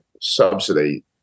subsidy